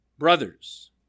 Brothers